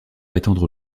étendre